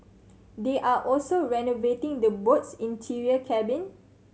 they are also renovating the boat's interior cabin